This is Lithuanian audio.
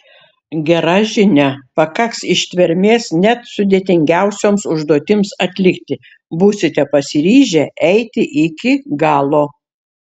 gera žinia pakaks ištvermės net sudėtingiausioms užduotims atlikti būsite pasiryžę eiti iki galo